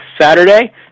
Saturday